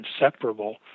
inseparable